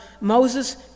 Moses